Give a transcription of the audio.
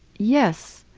yes.